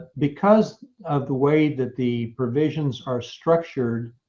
because of the way that the provisions are structured,